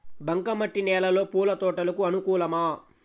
బంక మట్టి నేలలో పూల తోటలకు అనుకూలమా?